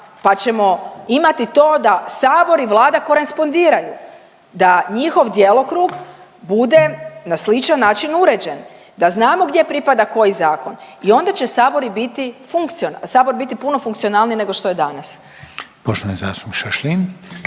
pa ćemo imati to da sabor i Vlada korespondiraju, da njihov djelokrug bude na sličan način uređen, da znamo gdje pripada koji zakon i onda će sabor i biti funkcio…, sabor biti puno funkcionalniji nego što je danas. **Reiner, Željko